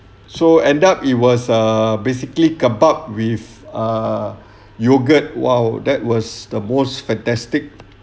so end up it was err basically kebab with uh yogurt !wow! that was the most fantastic